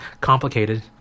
complicated